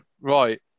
right